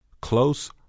CLOSE